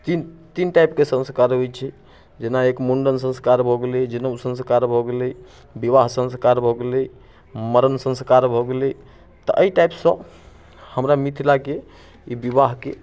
तीन तीन टाइपके संस्कार होइत छै जेना एक मुंडन संस्कार भऽ गेलै जनउ संस्कार भऽ गेलै विवाह संस्कार भऽ गेलै मरण संस्कार भऽ गेलै तऽ एहि टाइपसँ हमरा मिथिलाके ई विवाहके